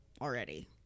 already